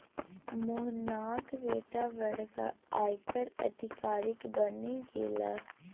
मोहनाक बेटा बड़का आयकर अधिकारी बनि गेलाह